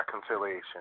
reconciliation